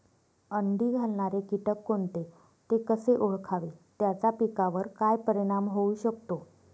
अंडी घालणारे किटक कोणते, ते कसे ओळखावे त्याचा पिकावर काय परिणाम होऊ शकतो?